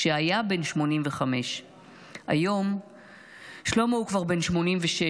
כשהיה בן 85. היום שלמה הוא כבר בן 86,